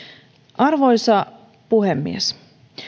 arvoisa puhemies